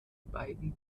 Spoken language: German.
beiden